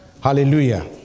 Hallelujah